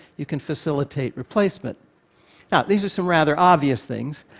you can facilitate replacement. now these are some rather obvious things.